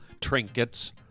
trinkets